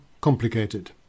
complicated